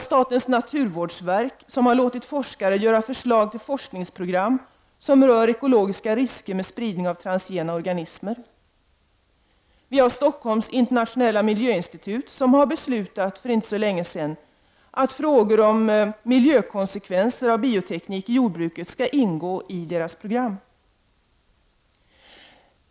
Statens naturvårdsverk har låtit forskare utarbeta förslag till forskningsprogram om ekologiska risker med spridning av transgena organismer. Stockholms internationella miljöinstitut har för inte så länge sedan beslutat att frågor om miljökonsekvenser av bioteknik i jordbruket skall ingå i deras program.